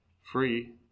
free